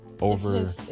over